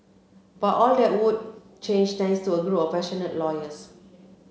but all that would change thanks to a group of passionate lawyers